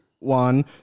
One